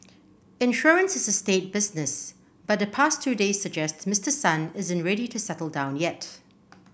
insurance is a staid business but the past two days suggest Mister Son isn't ready to settle down yet